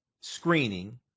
screening